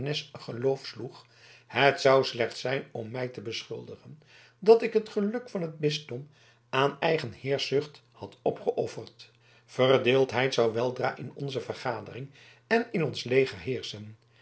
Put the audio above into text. geloof sloeg het zou slechts zijn om mij te beschuldigen dat ik het geluk van het bisdom aan eigen heerschzucht had opgeofferd verdeeldheid zou weldra in onze vergadering en in ons leger heerschen